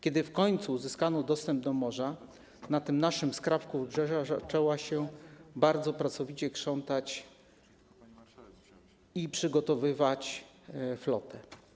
Kiedy w końcu uzyskano dostęp do morza, na tym naszym skrawku Wybrzeża zaczęto się bardzo pracowicie krzątać i przygotowywać flotę.